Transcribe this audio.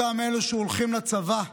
אותם אלה שהולכים לצבא,